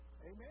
Amen